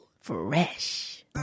Fresh